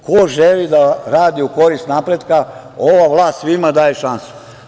Ko želi da radi u korist napretka, ova vlast svima daje šansu.